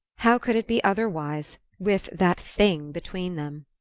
how could it be otherwise, with that thing between them?